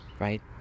right